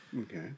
Okay